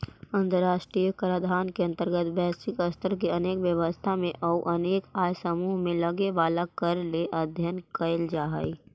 अंतर्राष्ट्रीय कराधान के अंतर्गत वैश्विक स्तर पर अनेक व्यवस्था में अउ अनेक आय समूह में लगे वाला कर के अध्ययन कैल जा हई